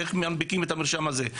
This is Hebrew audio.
איך מנפיקים את המרשם הזה?